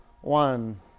one